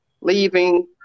leaving